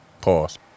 Pause